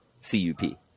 C-U-P